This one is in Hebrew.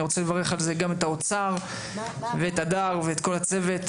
רוצה לברך על זה גם את האוצר ואת הדר ואת כל הצוות.